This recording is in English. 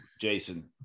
jason